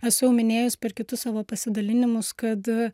esu minėjus per kitus savo pasidalinimus kad